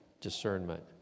discernment